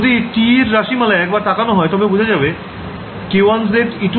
যদি TE এর রাশিমালায় একবার তাকান হয় তবেই বোঝা যাবে k1z e2z